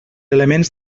elements